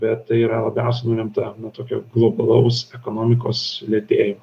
bet tai yra labiausiai nulemta nu tokio globalaus ekonomikos lėtėjimo